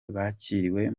bakiriwe